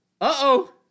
Uh-oh